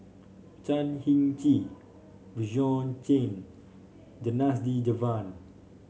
Chan Heng Chee Bjorn Shen Janadas Devan